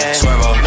swervo